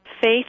Faith